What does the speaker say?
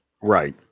right